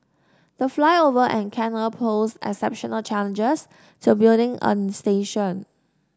the flyover and canal posed exceptional challenges to building a station